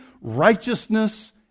righteousness